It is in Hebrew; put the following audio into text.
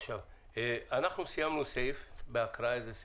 עכשיו, אנחנו סיימנו בהקראה איזה סעיף?